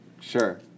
Sure